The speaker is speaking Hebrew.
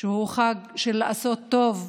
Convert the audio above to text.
שהוא חג של לעשות טוב,